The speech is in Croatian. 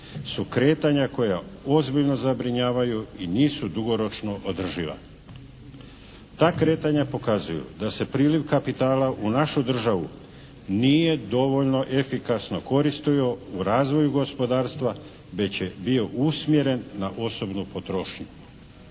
su kretanja koja ozbiljno zabrinjavaju i nisu dugoročno održiva. Ta kretanja pokazuju da se priliv kapitala u našu državu nije dovoljno efikasno koristio u razvoju gospodarstva već je bio usmjeren na osobnu potrošnju.